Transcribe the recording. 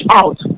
out